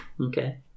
Okay